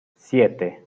siete